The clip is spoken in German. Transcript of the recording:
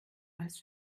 als